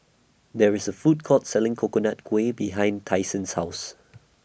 There IS A Food Court Selling Coconut Kuih behind Tyson's House